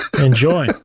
enjoy